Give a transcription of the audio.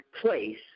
place